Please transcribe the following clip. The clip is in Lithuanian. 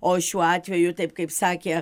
o šiuo atveju taip kaip sakė